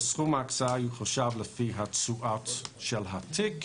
סכום ההקצאה יחושב לפי התשואה של התיק.